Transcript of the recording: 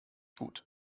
gut